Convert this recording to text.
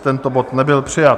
Tento bod nebyl přijat.